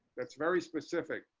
that's very specific